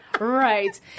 Right